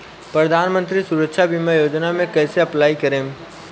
प्रधानमंत्री सुरक्षा बीमा योजना मे कैसे अप्लाई करेम?